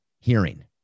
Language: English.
hearing